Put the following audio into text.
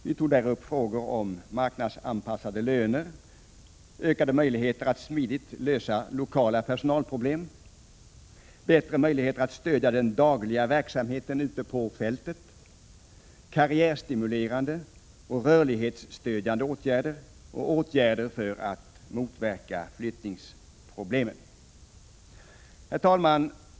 Vi tog där upp frågor om: ökade möjligheter att smidigt lösa lokala personalproblem, bättre möjligheter att stödja den dagliga verksamheten ute på fältet, karriärstimulerande och rörlighetsstödjande åtgärder samt åtgärder för att motverka flyttningsproblem. Herr talman!